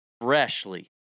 freshly